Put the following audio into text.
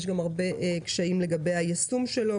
יש גם הרבה קשיים לגבי היישום שלו,